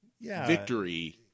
victory